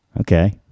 Okay